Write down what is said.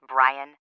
Brian